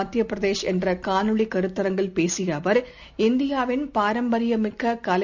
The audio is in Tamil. மத்தியபிரதேஷ் என்றகாணொலிகருத்தரங்கில் சுயசாா்பு பேசியஅவர் இந்தியாவின் பாரம்பரியமிக்ககலை